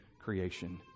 creation